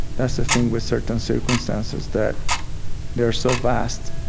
that's the thing with certain circumstances that they are so vast